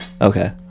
Okay